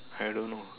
I don't know